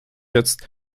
jetzt